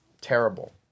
terrible